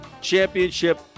championship